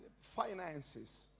finances